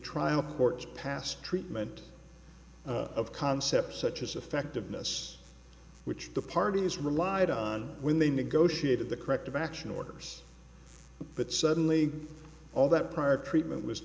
trial court's past treatment of concepts such as effectiveness which the parties relied on when they negotiated the corrective action orders but suddenly all that prior treatment was